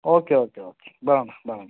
okay okay okay ಬರೋಣ ಬರೋಣ